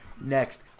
next